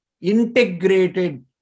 integrated